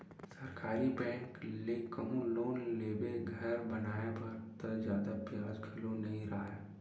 सरकारी बेंक ले कहूँ लोन लेबे घर बनाए बर त जादा बियाज घलो नइ राहय